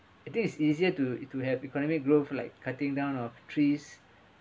I think it's easier to to have economic growth like cutting down of trees